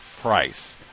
price